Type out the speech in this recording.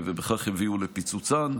ובכך הביאו לפיצוצן.